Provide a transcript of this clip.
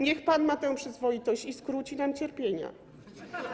Niech pan ma tę przyzwoitość i skróci nam cierpienia.